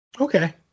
Okay